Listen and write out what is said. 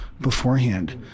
beforehand